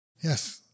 Yes